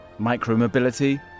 Micromobility